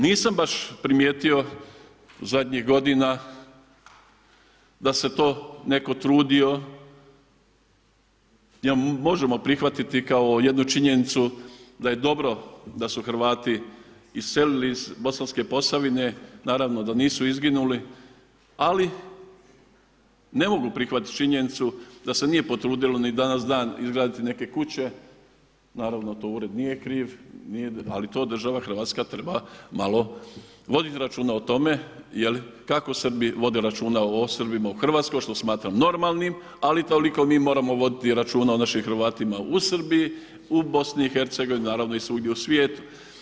Nisam baš primijetio zadnjih godina da se to netko trudio. … možemo prihvatiti kao jednu činjenicu da je dobro da su Hrvati iselili iz Bosanske Posavine, naravno da nisu izginuli ali ne mogu prihvatiti činjenicu da se nije potrudilo ni danas dan izgraditi neke kuće, naravno to ured nije kriv ali to država Hrvatska treba malo voditi računa o tome jer kako Srbi vode računa o Srbima u Hrvatskoj, što smatram normalnim, ali toliko mi moramo voditi računa o našim Hrvatima u Srbiji, u BiH, naravno i svugdje u svijetu.